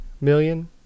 million